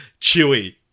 Chewy